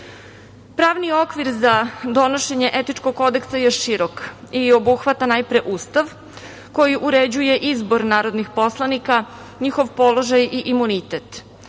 okvir za donošenje etičkog kodeksa je širok i obuhvata najpre Ustav koji uređuje izbor narodnih poslanika, njihov položaj i imunitet.